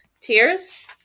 Tears